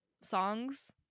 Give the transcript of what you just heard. songs